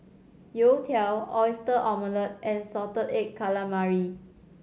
youtiao Oyster Omelette and salted egg calamari